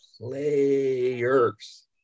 players